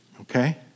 Okay